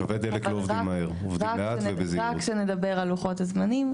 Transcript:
רק שנדבר על לוחות הזמנים.